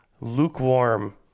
lukewarm